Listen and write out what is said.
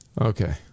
Okay